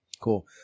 Cool